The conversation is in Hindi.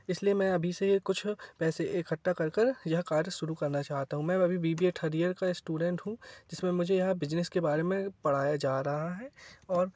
इसलिए मैं अभी से कुछ पैसे इकट्ठा कर कर यह कार्य शुरू करना चाहता हूँ मैं अभी B B A third year का इस्टूडेंट हूँ जिसमें मुझे यहाँ बिजनेस के बारे में पढ़ाया जा रहा है और